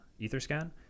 Etherscan